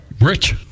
rich